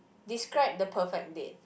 describe the perfect date